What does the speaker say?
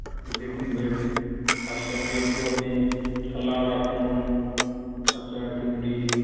একটু দেখুন ভেবে তার সঙ্গে একটু আপনি ছোলাও রাখুন তার সঙ্গে একটু মুড়ি